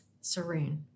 serene